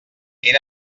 era